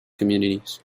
communities